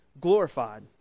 glorified